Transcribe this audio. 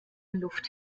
luft